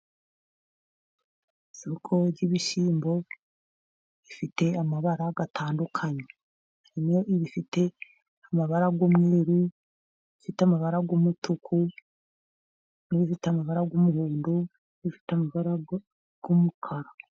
Isoko ry’ibishyimbo bifite amabara atandukanye, harimo ibifite amabara y’umweru, ibifite amabara y’umutuku, n'ibifite amabara y’umuhondo, n’ibifite amabara y’umukara.